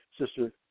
Sister